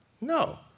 No